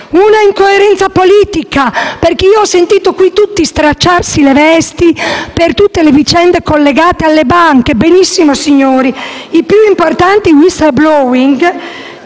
un'incoerenza politica: ho sentito tutti stracciarsi le vesti per le vicende collegate alle banche. Benissimo, signori: i più importanti *whistleblowers*,